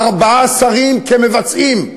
ארבעה שרים כמבצעים,